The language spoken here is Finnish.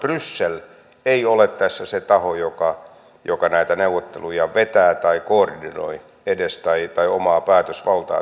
bryssel ei ole tässä se taho joka näitä neuvotteluja vetää tai edes koordinoi tai omaa päätösvaltaa tässä asiassa